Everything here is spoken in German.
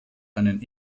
einen